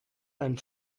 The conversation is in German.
ein